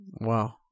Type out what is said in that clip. Wow